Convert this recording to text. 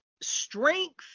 strength